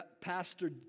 Pastor